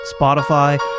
Spotify